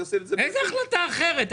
איזו החלטה אחרת?